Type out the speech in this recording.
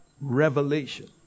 Revelation